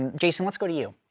and jason, let's go to you.